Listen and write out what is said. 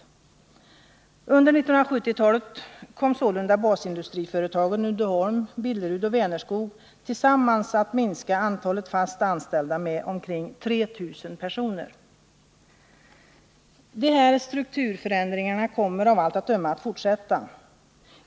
Under 1970-talet kom sålunda basindustriföretagen Uddeholm, Billerud och Vänerskog tillsammans att minska antalet fast anställda med omkring 3 000 personer. De här strukturförändringarna kommer av allt att döma att fortsätta.